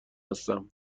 هستم